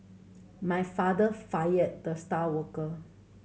my father fired the star worker